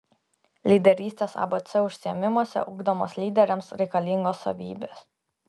lyderystės abc užsiėmimuose ugdomos lyderiams reikalingos savybės